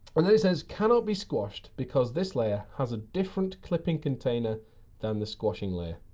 and then it says, cannot be squashed because this layer has a different clipping container than the squashing layer.